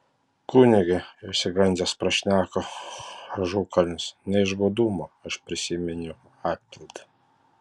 kunige išsigandęs prašneko ažukalnis ne iš godumo aš prisiminiau atpildą